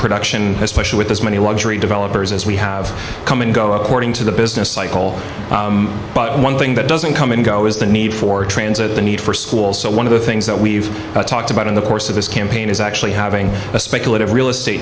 production especially with as many luxury developers as we have come and go according to the business cycle but one thing that doesn't come and go is the need for transit the need for schools so one of the things that we've talked about in the course of this campaign is actually having a speculative real estate